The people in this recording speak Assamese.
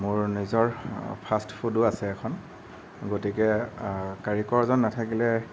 মোৰ নিজৰ ফাষ্ট ফুডো আছে এখন গতিকে কাৰিকৰজন নাথাকিলে